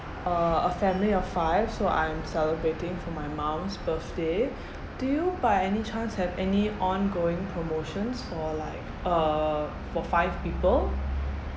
uh a family of five so I'm celebrating for my mum's birthday do you by any chance have any ongoing promotions for like uh for five people